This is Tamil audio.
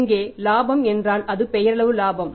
இங்கே இலாபம் என்றால் அது பெயரளவு இலாபம்